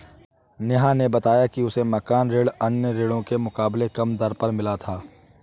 नेहा ने बताया कि उसे मकान ऋण अन्य ऋणों के मुकाबले कम दर पर मिला था